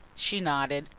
she nodded.